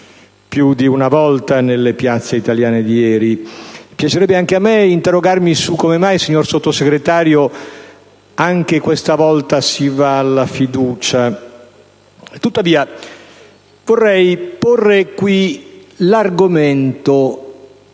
più di una volta ieri nelle piazze italiane. Piacerebbe anche a me interrogarmi su come mai, signor Sottosegretario, anche questa volta si va alla fiducia. Tuttavia, vorrei porre qui l'argomento